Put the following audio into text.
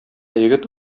егет